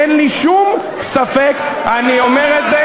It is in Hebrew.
יפה מאוד, אין לי שום ספק, אני אומר את זה,